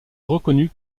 reconnu